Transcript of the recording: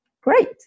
great